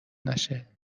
نشه